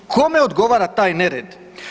Kome odgovara taj nered?